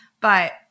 but-